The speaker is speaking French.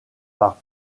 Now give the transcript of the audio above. par